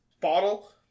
Bottle